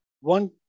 one